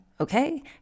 Okay